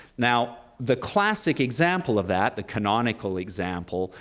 now, the classic example of that, the canonical example,